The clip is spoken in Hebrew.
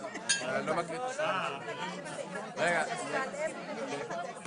אנחנו תכף נקריא את הנוסח ואת תראי שמתייחסים לזה.